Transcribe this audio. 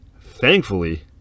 Thankfully